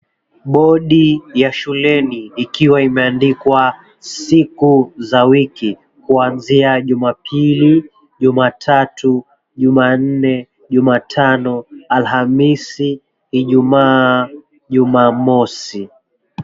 Bodi ya shuleni ikiwa imeandikwa siku za wiki, kwanzia Jumapili, Jumatatu, Jumanne, Jumatano, Alhamisi, Ijumaa, Jumamosi.